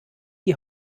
die